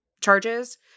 charges